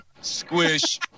Squish